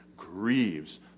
Grieves